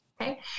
Okay